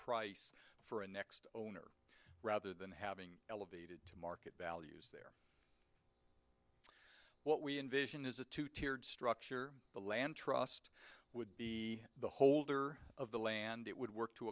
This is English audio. price for a next owner rather than having elevated to market values there what we envision is a two tiered structure the land trust would be the holder of the land it would work to